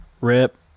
rip